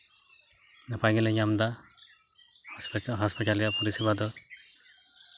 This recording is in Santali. ᱱᱟᱯᱟᱭ ᱜᱮᱞᱮ ᱧᱟᱢ ᱮᱫᱟ ᱦᱚᱸᱥᱯᱤᱴᱟᱞ ᱦᱚᱸᱥᱯᱤᱴᱟᱞ ᱨᱮᱭᱟᱜ ᱯᱚᱨᱤᱥᱮᱵᱟ ᱫᱚ